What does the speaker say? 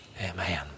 Amen